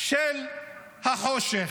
של החושך.